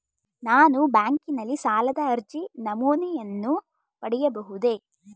ನಾನು ಬ್ಯಾಂಕಿನಲ್ಲಿ ಸಾಲದ ಅರ್ಜಿ ನಮೂನೆಯನ್ನು ಪಡೆಯಬಹುದೇ?